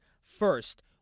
First